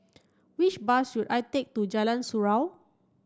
which bus should I take to Jalan Surau